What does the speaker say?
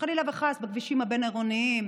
שחלילה וחס בכבישים הבין-עירוניים